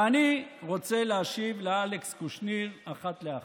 ואני רוצה להשיב לאלכס קושניר אחת לאחת.